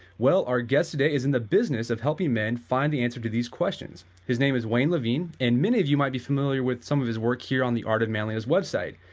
well, our guest today is in the business of helping men find the answer to these questions. his name is wayne levine, and many of you might be familiar with some of his work here on the art of manliness website.